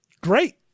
Great